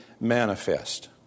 manifest